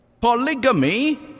polygamy